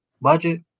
budget